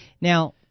Now